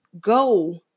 go